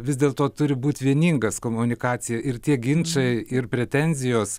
vis dėl to turi būti vieningas komunikacija ir tie ginčai ir pretenzijos